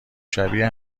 شبیه